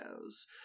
goes